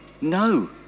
no